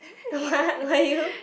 what